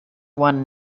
one